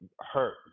hurt